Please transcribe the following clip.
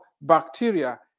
bacteria